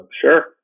sure